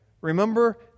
remember